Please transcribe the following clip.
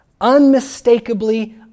unmistakably